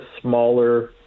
smaller